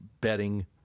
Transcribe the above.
betting